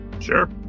Sure